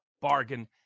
bargain